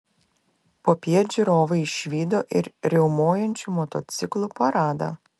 popiet žiūrovai išvydo ir riaumojančių motociklų paradą